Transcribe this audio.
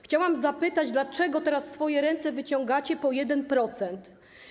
Chciałam zapytać: Dlaczego teraz ręce wyciągacie po 1%?